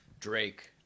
Drake